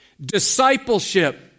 Discipleship